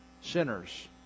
sinners